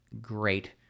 great